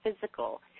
physical